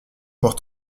pour